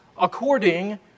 according